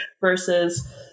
Versus